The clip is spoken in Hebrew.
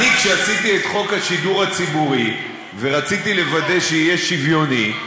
כשעשיתי את חוק השידור הציבורי ורציתי לוודא שיהיה שוויוני,